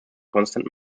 constant